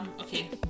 okay